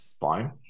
Fine